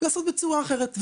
לעשות בצורה אחרת.